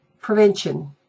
prevention